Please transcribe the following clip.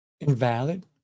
invalid